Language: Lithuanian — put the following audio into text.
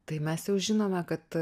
tai mes jau žinome kad